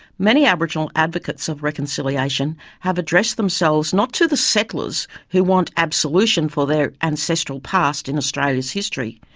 many aboriginal advocates of reconciliation have addressed themselves not to the settlers who want absolution for their ancestral past in australia's history,